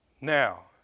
Now